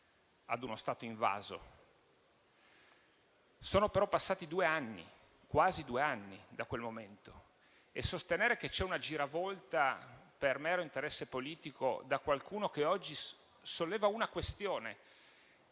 Sono però passati quasi due anni da quel momento e non si può sostenere che c'è una giravolta per mero interesse politico da parte di qualcuno che oggi solleva una questione,